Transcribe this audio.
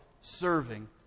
Serving